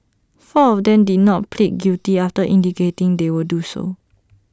four of them did not plead guilty after indicating they would so do